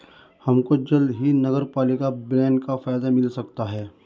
हमको जल्द ही नगरपालिका बॉन्ड का फायदा मिल सकता है